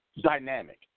Dynamic